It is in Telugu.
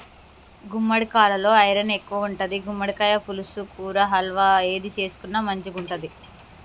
గుమ్మడికాలలో ఐరన్ ఎక్కువుంటది, గుమ్మడికాయ పులుసు, కూర, హల్వా ఏది చేసుకున్న మంచిగుంటది